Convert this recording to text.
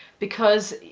because,